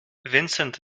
vincent